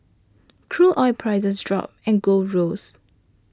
crude oil prices dropped and gold rose